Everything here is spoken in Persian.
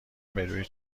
بروی